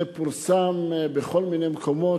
זה פורסם בכל מיני מקומות,